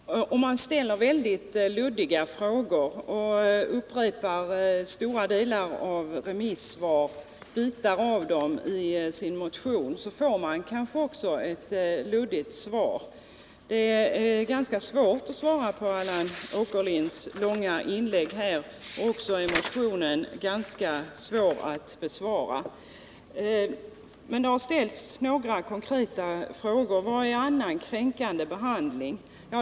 Herr talman! Om man ställer väldigt luddiga frågor och upprepar delar av remissvar i sin motion får man kanske också luddiga svar. Det är ganska svårt att svara på Allan Åkerlinds långa inlägg. Det har emellertid ställts några konkreta frågor, t.ex. denna: Vad är ”annan kränkande behandling”?